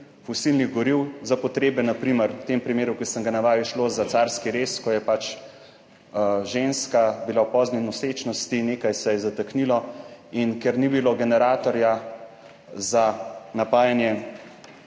fosilnih goriv za potrebe, na primer v tem primeru, ki sem ga navedel, je šlo za carski rez, ko je pač ženska bila v pozni nosečnosti, nekaj se je zataknilo in ker ni bilo generatorja za napajanje